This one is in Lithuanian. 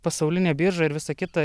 pasaulinė birža ir visa kita